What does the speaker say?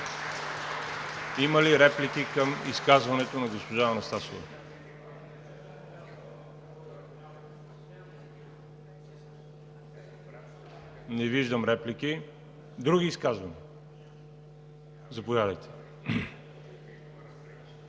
Има ли реплики към изказването на госпожа Анастасова? Не виждам реплики. Други изказвания? Заповядайте,